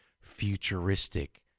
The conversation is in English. futuristic